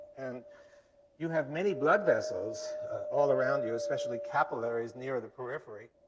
and you have many blood vessels all around you, especially capillaries near the periphery,